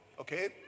Okay